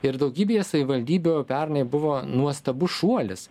ir daugybėje savivaldybių pernai buvo nuostabus šuolis